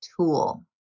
tool